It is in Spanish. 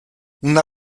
una